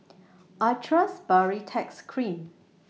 I Trust Baritex Cream